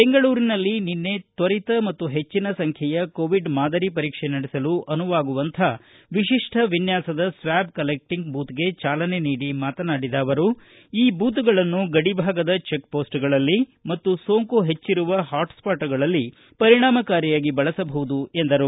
ಬೆಂಗಳೂರಿನಲ್ಲಿ ನಿನ್ನೆ ತ್ವರಿತ ಮತ್ತು ಹೆಚ್ಚಿನ ಸಂಖ್ಯೆಯ ಕೋವಿಡ್ ಮಾದರಿ ಪರೀಕ್ಷೆ ನಡೆಸಲು ಅನುವಾಗುವಂಥ ವಿಶಿಷ್ಟ ವಿನ್ನಾಸದ ಸ್ವಾಬ್ ಕಲೆಕ್ಸಿಂಗ್ ಬೂತ್ಗೆ ಚಾಲನೆ ನೀಡಿ ಮಾತನಾಡಿದ ಅವರು ಈ ಬೂತ್ಗಳನ್ನು ಗಡಿಭಾಗದ ಚೆಕ್ ಪೋಸ್ಟ್ಗಳಲ್ಲಿ ಮತ್ತು ಸೋಂಕು ಹೆಚ್ಚಿರುವ ಪಾಟ್ ಸ್ವಾಟ್ಗಳಲ್ಲಿ ಪರಿಣಾಮಕಾರಿಯಾಗಿ ಬಳಸಬಹುದು ಎಂದರು